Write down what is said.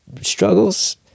struggles